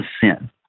sin